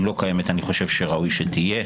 אם לא קיימת, אני חושב שראוי שתהיה.